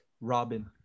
Robin